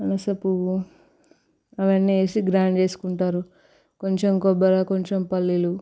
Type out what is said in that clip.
అనాస పువ్వు అన్ని వేసి గ్రైండ్ చేసుకుంటారు కొంచెం కొబ్బర కొంచెం పల్లీలు